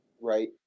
right